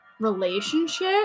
relationship